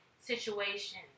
situation